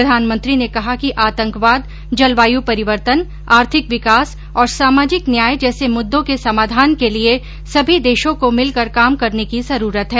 प्रधानमंत्री ने कहा कि आतंकवाद जलवायु परिवर्तन आर्थिक विकास और सामाजिक न्याय जैसे मुद्दों के समाधान के लिए सभी देशों को मिलकर काम करने की जरूरत है